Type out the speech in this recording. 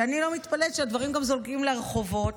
שאני לא מתפלאת שהדברים גם זולגים לרחובות,